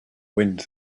wind